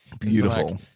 Beautiful